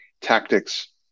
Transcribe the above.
tactics